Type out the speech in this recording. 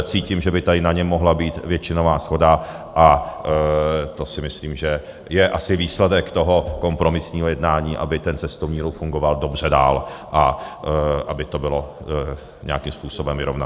Cítím, že by tady na něm mohla být většinová shoda, a to si myslím, že je asi výsledek toho kompromisního jednání, aby ten cestovní ruch fungoval dobře dál a aby to bylo nějakým způsobem vyrovnané.